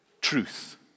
truth